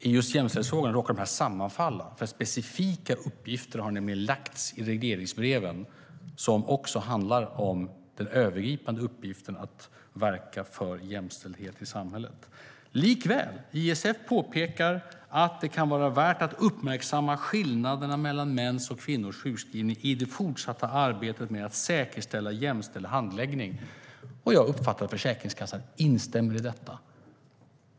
I just jämställdhetsfrågan råkar de sammanfalla, för specifika uppgifter har nämligen lagts i regleringsbreven som handlar om den övergripande uppgiften att verka för jämställdhet i samhället. Likväl påpekar ISF att det kan vara värt att uppmärksamma skillnaderna mellan mäns och kvinnors sjukskrivning i det fortsatta arbetet med att säkerställa jämställd handläggning. Jag uppfattar att Försäkringskassan instämmer i detta.